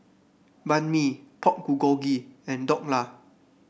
Banh Mi Pork Bulgogi and Dhokla